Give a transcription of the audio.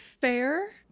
Fair